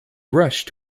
rushed